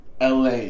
LA